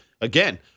again